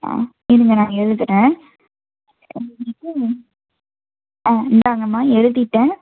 ஆ இருங்க நான் இங்கே எழுதுகிறேன் ஆ இது ஆ இந்தாங்கம்மா எழுதிவிட்டேன்